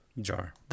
jar